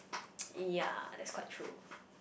ya that's quite true